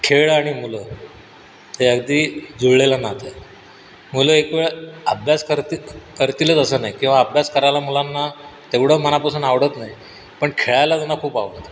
खेळ आणि मुलं हे अगदी जुळलेलं नातं आहे मुलं एकवेळ अभ्यास करतील करतीलच असं नाही किंवा अभ्यास करायला मुलांना तेवढं मनापासून आवडतं नाही पण खेळायला त्यांना खूप आवडतं